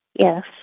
Yes